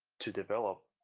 to develop.